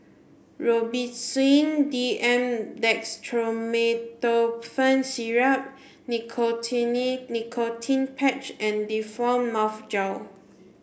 Robitussin D M Dextromethorphan Syrup Nicotinell Nicotine Patch and Difflam Mouth Gel